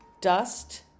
dust